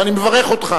ואני מברך אותך.